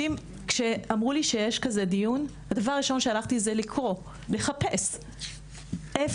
כשאמרו לי שיש דיון כזה דבר ראשון הלכתי לקרוא ולחפש את הסיבה,